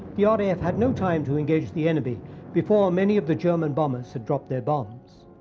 the ah raf had no time to engage the enemy before many of the german bombers had dropped their bombs.